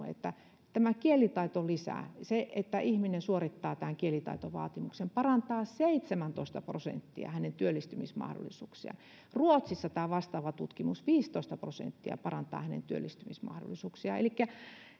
että tämä kielitaitolisä se että ihminen suorittaa tämän kielitaitovaatimuksen parantaa seitsemäntoista prosenttia hänen työllistymismahdollisuuksiaan ruotsissa vastaava tutkimus viisitoista prosenttia parantaa hänen työllistymismahdollisuuksiaan elikkä